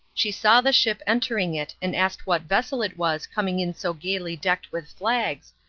she saw the ship entering it and asked what vessel it was coming in so gaily decked with flags,